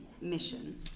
mission